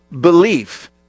belief